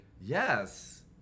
Yes